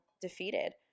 defeated